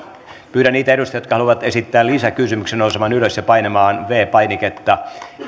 pyydän niitä edustajia jotka haluavat esittää lisäkysymyksiä nousemaan ylös ja painamaan viides painiketta